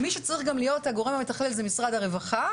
ומי שצריך להיות הגורם המתכלל זה משרד הרווחה,